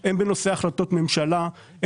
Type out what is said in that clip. הן בנושא החלטות ממשלה,